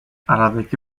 aradaki